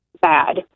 bad